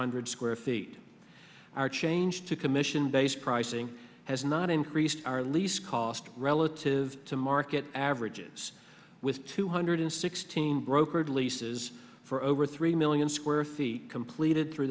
hundred square feet are changed to commission based pricing has not increased our lease cost relative to market averages with two hundred sixteen brokered leases for over three million square feet completed through